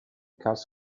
cass